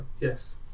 Yes